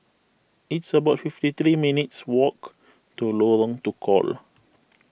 it's about fifty three minutes' walk to Lorong Tukol